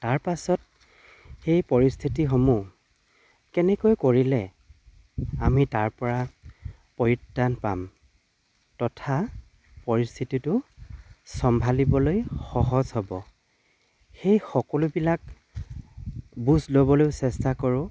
তাৰপাছত সেই পৰিস্থিতিসমূহ কেনেকৈ কৰিলে আমি তাৰ পৰা পৰিত্ৰাণ পাম তথা পৰিস্থিতিটো চম্ভালিবলৈ সহজ হ'ব সেই সকলোবিলাক বুজ ল'বলৈ চেষ্টা কৰোঁ